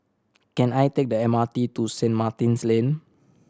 can I take the M R T to Saint Martin's Lane